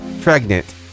pregnant